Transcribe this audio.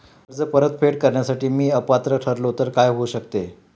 कर्ज परतफेड करण्यास मी अपात्र ठरलो तर काय होऊ शकते?